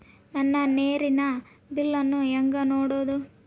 ನನ್ನ ನೇರಿನ ಬಿಲ್ಲನ್ನು ಹೆಂಗ ನೋಡದು?